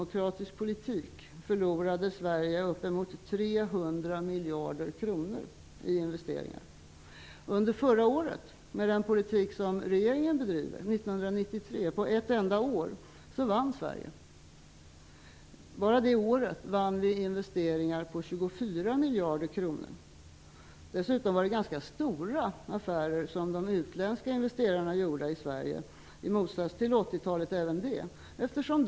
I runda tal förlorade Sverige uppemot 300 miljarder kronor i uteblivna investeringar på socialdemokratisk politik. Under ett enda år, 1993, vann Sverige investeringar på 24 miljarder kronor till följd av den politik som regeringen bedriver. Dessutom var de affärer som de utländska investerarna gjorde i Sverige ganska stora -- även det i motsats till på 80-talet.